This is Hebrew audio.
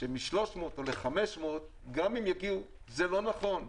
מ-300 או ל-500, גם אם יגיעו, זה לא נכון.